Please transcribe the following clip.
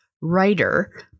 writer